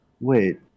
Wait